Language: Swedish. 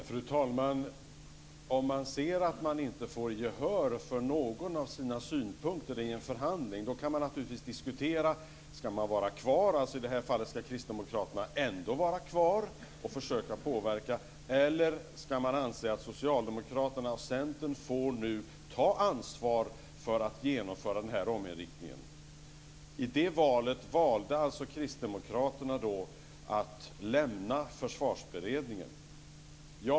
Fru talman! Om man ser att man inte får gehör för någon av sina synpunkter i en förhandling kan man naturligtvis diskutera om man ska vara kvar. Skulle Kristdemokraterna ändå vara kvar i det här fallet och försöka påverka eller skulle man anse att Socialdemokraterna och Centern fick ta ansvar för att genomföra den här ominriktningen? I det valet valde Kristdemokraterna att lämna Försvarsberedningen.